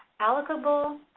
allocable,